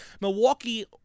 Milwaukee